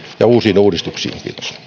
ja uusiin uudistuksiin